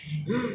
mm